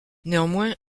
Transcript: néanmoins